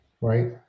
right